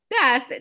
Beth